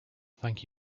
thank